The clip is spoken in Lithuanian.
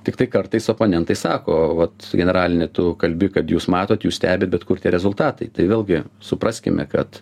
tiktai kartais oponentai sako vat generalinė tu kalbi kad jūs matot jūs stebit bet kur tie rezultatai tai vėlgi supraskime kad